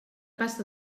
passa